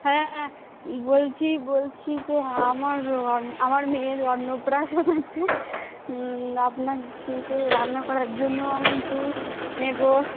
হ্যাঁ বলছি বলছি যে আমার অন আমার মেয়ের অন্নপ্রাশন আছে আপনাকে রান্না করার জন্য আমি একটু নেব